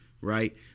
right